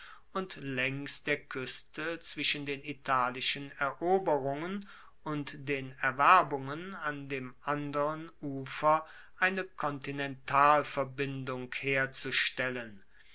und laengs der kueste zwischen den italischen eroberungen und den erwerbungen an dem anderen ufer eine kontinentalverbindung herzustellen